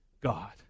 God